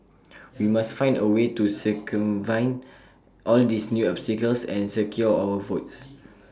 we must find A way to circumvent all these new obstacles and secure our votes